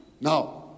Now